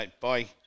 Bye